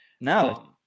No